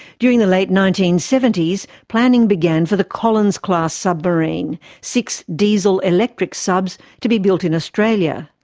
during the late nineteen seventy s, planning began for the collins class submarine, six diesel-electric subs to be built in australia.